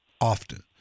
often